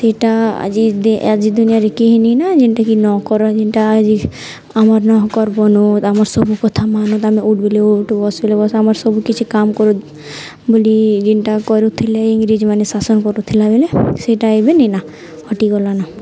ସେଇଟା ଆଜି ଆଜି ଦୁନିଆରେ କେହି ନାଇଁ ନା ଯେନ୍ଟାକି ନହକର୍ ଯେନ୍ଟା ଆଜି ଆମର୍ ନହକର୍ ଆମର୍ ସବୁ କଥା ମାନଦ ଆମେ ଉଠଲେ ଉଠୁ ବସଲେ ବସ ଆମର ସବୁ କିଛି କାମ କରୁ ବୋଲି ଯେନ୍ଟା କରୁଥିଲେ ଇଂରେଜମାନେ ଶାସନ କରୁଥିଲା ବେଲେ ସେଇଟା ଏବେନି ନା ହଟିଗଲାନ